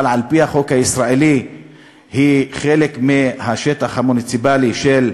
אבל על-פי החוק הישראלי היא חלק מהשטח המוניציפלי של ירושלים,